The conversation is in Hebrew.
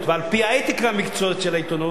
ועל-פי האתיקה המקצועית של העיתונות,